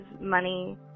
money